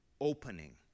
opening